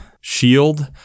shield